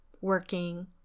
working